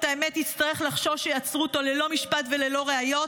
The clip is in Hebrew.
האמת יצטרך לחשוש שיעצרו אותו ללא משפט וללא ראיות?